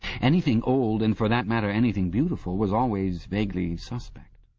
anything old, and for that matter anything beautiful, was always vaguely suspect.